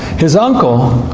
his uncle,